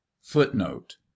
Footnote